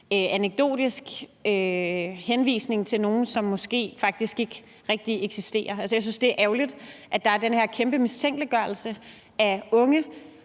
anekdotisk henvisning til nogle, som måske faktisk ikke rigtig eksisterer. Jeg synes, det er ærgerligt, at der er den her kæmpe mistænkeliggørelse af unge.